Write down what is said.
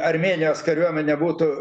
armėnijos kariuomenė būtų